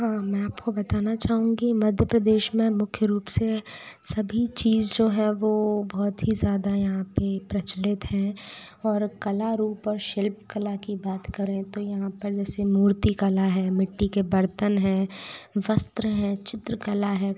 हाँ मैं आपको बताना चाहूँगी मध्य प्रदेश में मुख्य रूप से सभी चीज़ जो है वो बहुत ही ज़्यादा यहाँ पर प्रचलित है और कला रूप और शिल्पकला की बात करें तो यहाँ पर जैसे मूर्तिकला है मिट्टी के बर्तन हैं वस्त्र है चित्रकला है